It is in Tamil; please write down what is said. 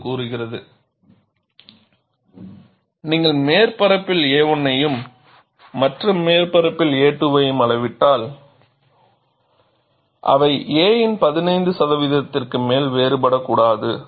இது கூறுகிறது நீங்கள் இந்த மேற்பரப்பில் a1 ஐயும் மற்ற மேற்பரப்பில் a2 ஐயும் அளவிட்டால் அவை a இன் 15 சதவீதத்திற்கு மேல் வேறுபடக்கூடாது